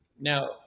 Now